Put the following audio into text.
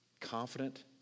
confident